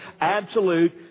absolute